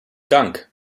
dank